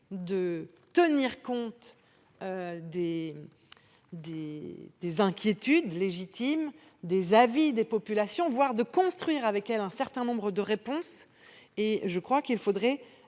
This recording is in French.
de tenir compte des inquiétudes légitimes et des avis des populations, voire de construire avec elles un certain nombre de réponses. Le rapport